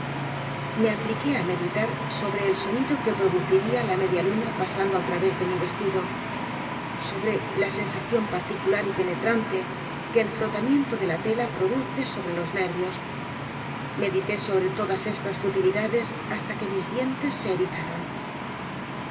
me apliqué á meditar sobre el sonido que produciría la media luna pasando al través de mi vestido sobre la sensación particular y penetrante que el frotamiento de la tela produce sobre los nervios medité sobre todas esas futilidades hasta que mis dientes se